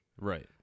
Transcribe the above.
Right